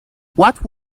what